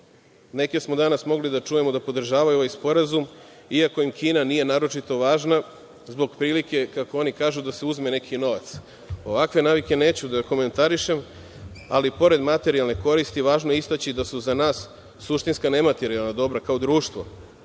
neke smo danas mogli da čujemo da podržavaju ovaj sporazum, iako im Kina nije naročito važna, zbog prilike kako oni kažu, da se uzme neki novac. Ovakve navike neću da komentarišem, ali pored materijalne koristi, važno je istaći da su za nas suštinska nematerijalna dobra, kao društvo,